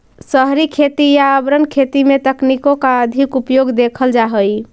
शहरी खेती या अर्बन खेती में तकनीकों का अधिक उपयोग देखल जा हई